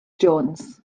jones